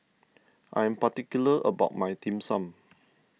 I am particular about my Dim Sum